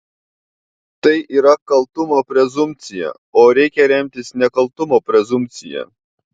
tai yra kaltumo prezumpcija o reikia remtis nekaltumo prezumpcija